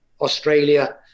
Australia